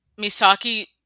Misaki